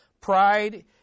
pride